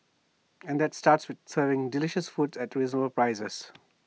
and that starts with serving delicious food at reasonable prices